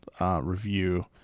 review